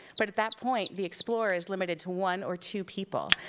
but at that point, the explorer is limited to one or two people,